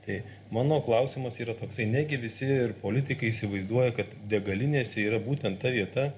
tai mano klausimas yra toksai negi visi ir politikai įsivaizduoja kad degalinėse yra būtent ta vieta